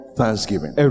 thanksgiving